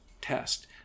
test